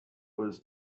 was